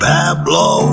Pablo